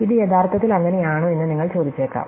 ഇത് യഥാർത്ഥത്തിൽ അങ്ങനെയാണോ എന്ന് നിങ്ങൾ ചോദിച്ചേക്കാം